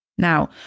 Now